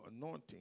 anointing